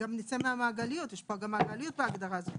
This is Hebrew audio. יש פה גם מעגליות בהגדרה הזאת,